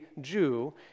Jew